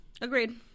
Agreed